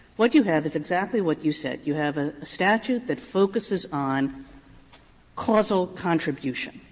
what you have is exactly what you said. you have a statute that focuses on causal contribution,